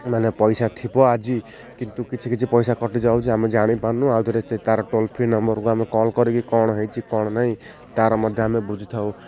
ମାନେ ପଇସା ଥିବ ଆଜି କିନ୍ତୁ କିଛି କିଛି ପଇସା କଟିଯାଉଛି ଆମେ ଜାଣିପାରୁନୁ ଆଉଥରେ ସେ ତାର ଟୋଲ୍ ଫ୍ରି ନମ୍ବରକୁ ଆମେ କଲ୍ କରିକି କ'ଣ ହେଇଛି କ'ଣ ନାହିଁ ତାର ମଧ୍ୟ ଆମେ ବୁଝିଥାଉ